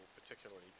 particularly